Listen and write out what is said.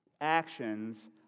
actions